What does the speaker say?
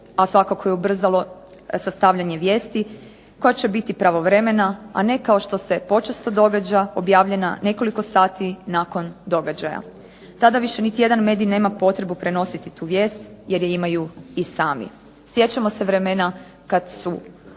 a svakako i ubrzalo sastavljanje vijesti koja će biti pravovremena, a ne kao što se počesto događa objavljena nekoliko sati nakon događaja. Tada više niti jedan medij nema potrebu prenositi tu vijest jer je imaju i sami. Sjećamo se vremena kad su